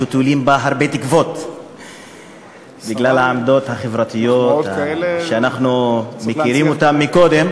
שתולים בה הרבה תקוות בגלל העמדות החברתיות שאנחנו מכירים אותן מקודם,